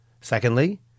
Secondly